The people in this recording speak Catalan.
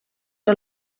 que